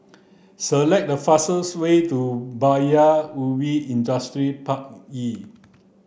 select the fastest way to Paya Ubi Industrial Park E